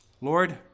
Lord